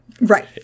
Right